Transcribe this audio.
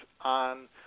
on